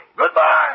Goodbye